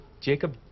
Jacob